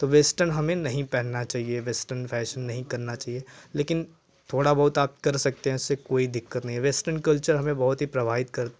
तो वेस्टर्न हमें नहीं पहनना चाहिए वेस्टर्न फैशन नहीं करना चाहिए लेकिन थोड़ा बहुत आप कर सकते हैं इससे कोई दिक्कत नहीं है वेस्टर्न कल्चर हमें बहुत ही प्रभावित कर